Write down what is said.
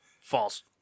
False